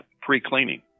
pre-cleaning